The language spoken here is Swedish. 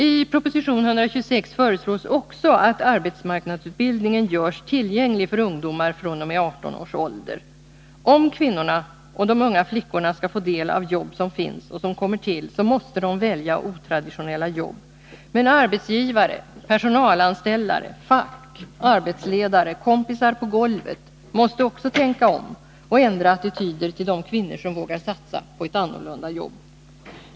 I proposition 126 föreslås också att arbetsmarknadsutbildningen görs tillgänglig för ungdomar fr.o.m. 18 års ålder. Om kvinnorna och de unga flickorna skall få del av jobb som finns och som kommer till, så måste de välja otraditionella jobb. Men, arbetsgivare personalanställare, fack, arbetsledare och kompisar på arbetsgolvet måste tänka om och ändra attityder till de kvinnor som vågar satsa på ett annorlunda jobb.